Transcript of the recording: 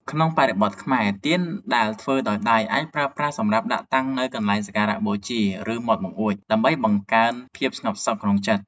ក្នុងបរិបទខ្មែរ ទៀនដែលធ្វើដោយដៃអាចប្រើប្រាស់សម្រាប់ដាក់តាំងនៅកន្លែងសក្ការបូជា ឬមាត់បង្អួច ដើម្បីបង្កើនភាពស្ងប់សុខនៅក្នុងចិត្ត។